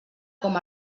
com